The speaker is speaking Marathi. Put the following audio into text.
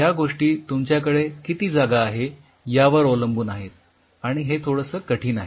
ह्या गोष्टी तुमच्याकडे किती जागा आहे यावर अवलंबून आहेत आणि हे थोडेसे कठीण आहे